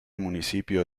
municipio